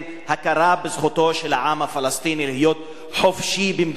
הכרה בזכותו של העם הפלסטיני להיות חופשי במדינתנו?